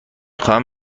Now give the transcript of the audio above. خواهم